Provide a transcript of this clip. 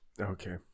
Okay